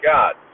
God